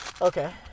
Okay